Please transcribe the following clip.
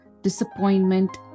disappointment